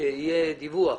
שיהיה דיווח,